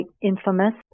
infamous